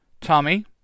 Tommy